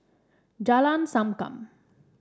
Jalan Sankam